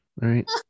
right